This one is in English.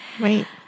Right